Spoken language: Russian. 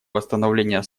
восстановления